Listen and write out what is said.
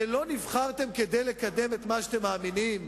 לא נבחרתם לקדם את מה שאתם מאמינים?